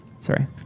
Sorry